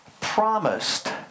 promised